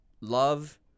love